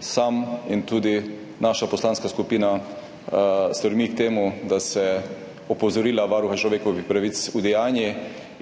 sam in tudi naša poslanska skupina stremi k temu, da se opozorila Varuha človekovih pravic udejanjijo,